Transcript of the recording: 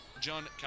John